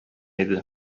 иде